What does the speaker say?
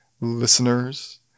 listeners